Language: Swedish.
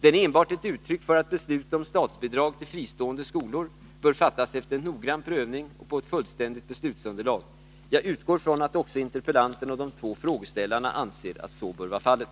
Den är enbart ett uttryck för att beslut om statsbidrag till fristående skolor bör fattas efter noggrann prövning och på ett fullständigt beslutsunderlag. Jag utgår från att också interpellanten och de två frågeställarna anser att så bör vara fallet.